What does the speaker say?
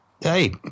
Hey